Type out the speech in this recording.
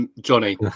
Johnny